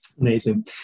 Amazing